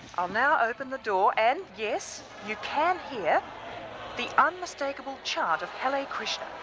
i'll now open the door and yes, you can hear the unmistakable chant of halley krishna,